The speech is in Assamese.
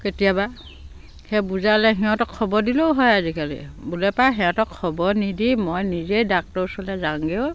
কেতিয়াবা সেই বুজালে সিহঁতক খবৰ দিলেও হয় আজিকালি বোলে পাই সিহঁতক খবৰ নিদি মই নিজেই ডাক্টৰৰ ওচৰলৈ যাওঁগৈ অঁ